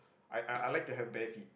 I I I like to have bare feet